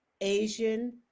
Asian